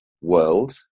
world